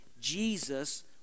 Jesus